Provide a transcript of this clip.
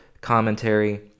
commentary